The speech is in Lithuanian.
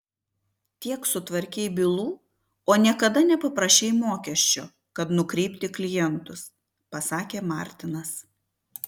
tiek sutvarkei bylų o niekada nepaprašei mokesčio kad nukreipi klientus pasakė martinas